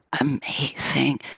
amazing